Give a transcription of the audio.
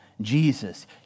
Jesus